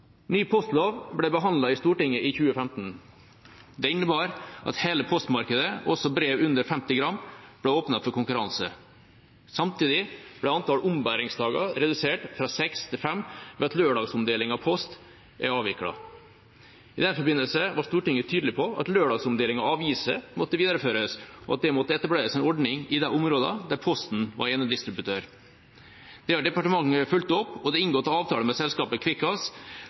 Ny postlov ble behandlet i Stortinget i 2015. Det innebar at hele postmarkedet, også brev under 50 gram, ble åpnet for konkurranse. Samtidig ble antall ombæringsdager redusert fra seks til fem, ved at lørdagsomdelingen av post er avviklet. I den forbindelse var Stortinget tydelig på at lørdagsomdeling av aviser måtte videreføres, og at det måtte etableres en ordning i de områdene der Posten var enedistributør. Det har departementet fulgt opp, og det er inngått avtale med selskapet Kvikkas